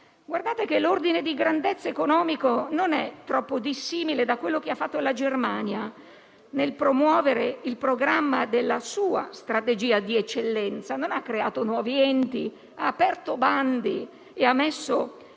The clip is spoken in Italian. Guardate che l'ordine di grandezza economico non è troppo dissimile da quanto ha fatto la Germania nel promuovere il programma della sua strategia di eccellenza. Non ha creato nuovi enti, ma ha aperto bandi e ha messo